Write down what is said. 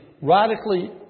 radically